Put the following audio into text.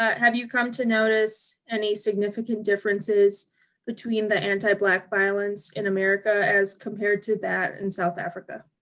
ah have you come to notice any significant differences between the anti-black violence in america as compared to that in south africa?